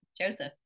Joseph